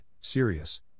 serious